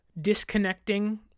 disconnecting